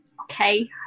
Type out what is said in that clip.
Okay